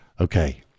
Okay